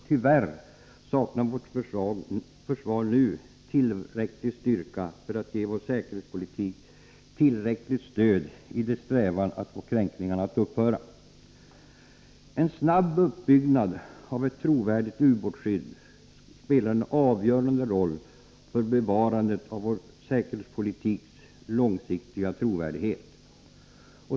Tyvärr saknar vårt försvar nu tillräcklig styrka för att ge vår säkerhetspolitik tillräckligt stöd i dess strävan att få kränkningarna att upphöra. En snabb uppbyggnad av ett trovärdigt ubåtsskydd spelar en avgörande roll för bevarandet av vår säkerhetspolitiks långsiktiga trovärdighet.